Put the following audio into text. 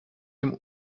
dem